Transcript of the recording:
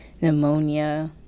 pneumonia